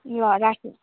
ल राखेँ